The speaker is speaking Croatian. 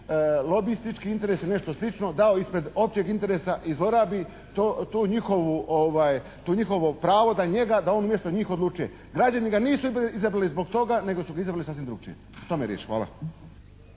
logistički interesi ili nešto slično kao ispred općeg interesa i zlorabi to njihovo pravo da umjesto njih odlučuje. Građani ga nisu izabrali zbog toga nego su ga izabrali sasvim drukčije. O tome je riječ. Hvala.